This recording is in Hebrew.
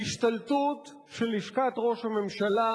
השתלטות של לשכת ראש הממשלה,